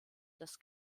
des